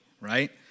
right